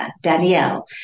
Danielle